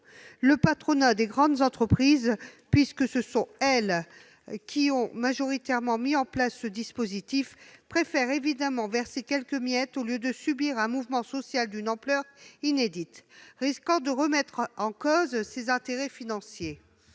Le patronat des grandes entreprises, puisque ce sont elles qui ont majoritairement mis en place ce dispositif, préfère bien évidemment verser quelques miettes plutôt que de subir un mouvement social d'une ampleur inédite risquant de remettre en cause ses intérêts financiers.